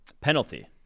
penalty